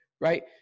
right